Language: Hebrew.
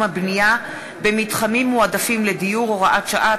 הבנייה במתחמים מועדפים לדיור (הוראת שעה),